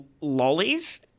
lollies